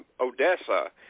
Odessa